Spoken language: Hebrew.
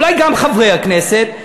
אולי גם חברי הכנסת,